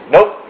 Nope